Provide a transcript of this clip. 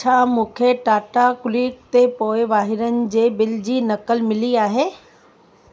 छा मूंखे टाटा क्लिक ते पोइ वाहिरनि जे बिल जी नक़ुलु मिली आहे